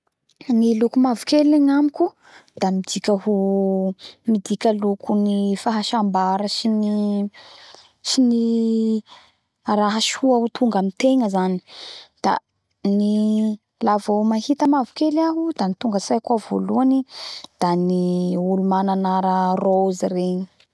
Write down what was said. Ny loko mavokely agnamiko da midika ho midika loko ny fahasambara sy ny sy ny raha soa ho tonga amitegna zany da ny la vo mahita mavokely aho da ny tonga atsaiko ao voalohany da ny olo mana agnara rose regny